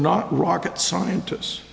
not rocket scientist